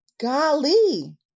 golly